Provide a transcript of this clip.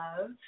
love